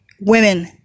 women